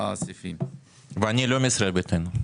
ואני לא מישראל ביתנו.